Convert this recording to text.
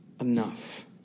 enough